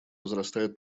возрастает